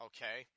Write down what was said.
Okay